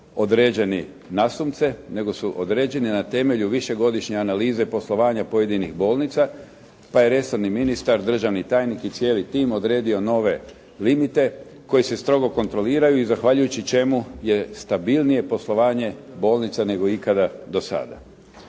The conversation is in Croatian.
određeni nasumce nego su određeni na temelju višegodišnje analize poslovanja pojedinih bolnica pa je resorni ministar, državni tajnik i cijeli tim odredio nove limite koji se strogo kontroliraju i zahvaljujući čemu je stabilnije poslovanje bolnica nego ikada do sada.